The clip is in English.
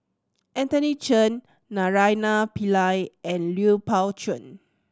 Anthony Chen Naraina Pillai and Lui Pao Chuen